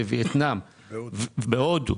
בוויאטנם ובהודו.